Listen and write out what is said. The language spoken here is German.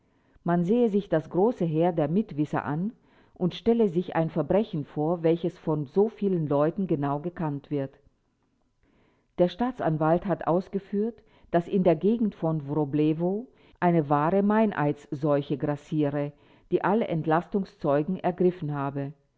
man sehe sich das große heer der mitwisser an und stelle sich ein verbrechen vor welche von soviel leuten genau gekannt wird der staatsanwalt hat ausgeführt daß in der gegend von wroblewo eine wahre meineids seuche grassiere die alle entlastungszeugen ergriffen habe